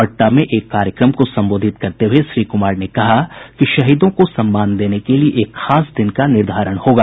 पटना में एक कार्यक्रम को संबोधित करते हुए श्री कुमार ने कहा कि शहीदों को सम्मान देने के लिए एक खास दिन का निर्धारण होगा